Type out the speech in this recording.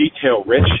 detail-rich